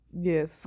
yes